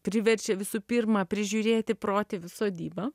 priverčia visų pirma prižiūrėti protėvių sodybą